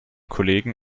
kollegen